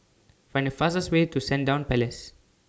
Find The fastest Way to Sandown Place